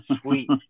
sweet